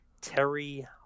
Terry